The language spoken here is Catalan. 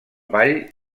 ball